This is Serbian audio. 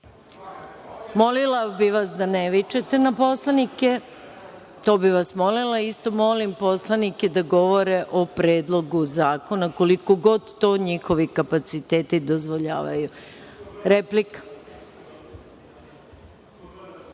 bih vas da ne vičete na poslanike. To bih vas molila. Isto molim poslanike da govore o Predlogu zakona, koliko god to njihovi kapaciteti dozvoljavaju. Replika.